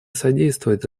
содействовать